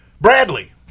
Bradley